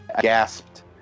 gasped